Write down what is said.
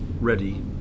ready